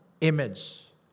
image